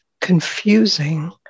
confusing